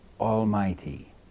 Almighty